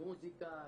מוסיקה,